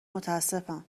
متاسفم